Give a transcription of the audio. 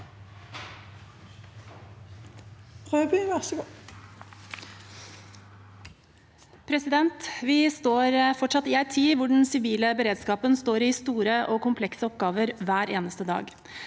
Vi står fortsatt i en tid hvor den sivile beredskapen står i store og komplekse oppgaver hver eneste dag.